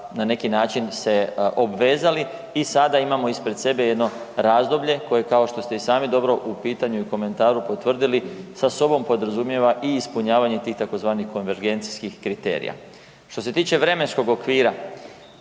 na neki način se obvezali i sada imamo ispred sebe jedno razdoblje koje kao što ste i sami dobro u pitanju i u komentaru potvrdili, sa sobom podrazumijeva i ispunjavanje tih tzv. konvergencijskih kriterija. Što se tiče vremenskog okvira,